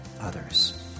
others